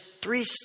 three